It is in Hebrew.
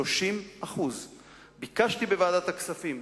30%. ביקשתי בוועדת הכספים,